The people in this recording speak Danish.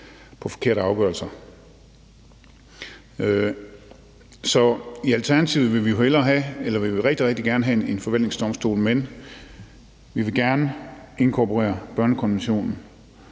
på forkerte afgørelser. Så i Alternativet vil vi rigtig, rigtig gerne have en forvaltningsdomstol, men vi vil gerne inkorporere børnekonventionen